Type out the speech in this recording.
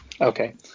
Okay